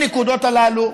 את שתי הנקודות הללו,